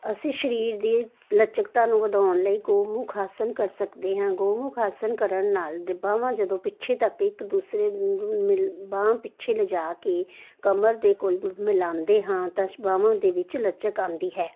ਅਸੀਂ ਸਰੀਰ ਦੀ ਲਚਕਤਾ ਨੂੰ ਵਧਾਉਣ ਲਈ ਗਊ ਮੁਖ ਆਸਨ ਕਰ ਸਕਦੇ ਹਾਂ ਗਊਮੁਖ ਆਸਨ ਕਰਨ ਨਾਲ ਦੇ ਬਾਹਵਾਂ ਜਦੋਂ ਪਿੱਛੇ ਤੱਕ ਇੱਕ ਦੂਸਰੇ ਨੂੰ ਮਿਲ ਬਾਂਹ ਪਿੱਛੇ ਲਜਾ ਕੇ ਕਮਰ ਦੇ ਕੁੱਲ ਬ ਮਿਲਾਉਂਦੇ ਹਾਂ ਤਾਂ ਬਾਹਵਾਂ ਦੇ ਵਿੱਚ ਲਚਕ ਆਉਂਦੀ ਹੈ